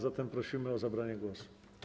Zatem proszę o zabranie głosu.